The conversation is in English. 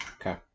Okay